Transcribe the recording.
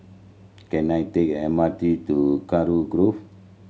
can I take M R T to Kurau Grove